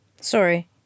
Sorry